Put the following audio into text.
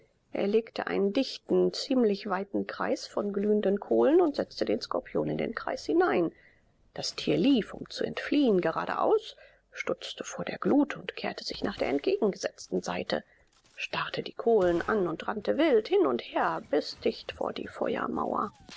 er legte einen dichten ziemlich weiten kreis von glühenden kohlen und setzte den skorpion in den kreis hinein das tier lief um zu entfliehen geradeaus stutzte vor der glut und kehrte sich nach der entgegengesetzten seite starrte die kohlen an und rannte wild hin und her bis dicht vor die feuermauer